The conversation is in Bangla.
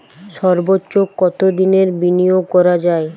সর্বোচ্চ কতোদিনের বিনিয়োগ করা যায়?